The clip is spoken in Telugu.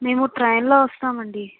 మేము ట్రైన్లో వస్తామండి